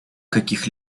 каких